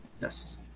Yes